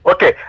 Okay